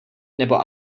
nebo